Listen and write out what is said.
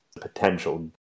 Potential